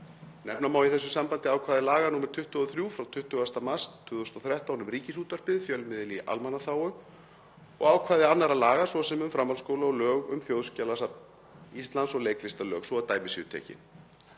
Nefna má í þessu sambandi ákvæði laga nr. 23/2013, frá 20. mars, um Ríkisútvarpið, fjölmiðil í almannaþágu, og ákvæði annarra laga, svo sem um framhaldsskóla og lög um Þjóðskjalasafn Íslands og leiklistarlög svo að dæmi séu tekin.